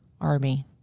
army